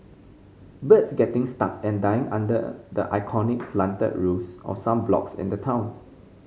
birds getting stuck and dying under the iconic slanted roofs of some blocks in the town